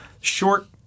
short